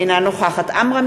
אינה נוכחת עמרם